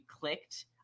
clicked